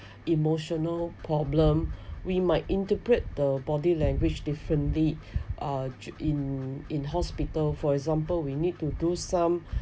emotional problem we might interpret the body language differently uh in in hospital for example we need to do some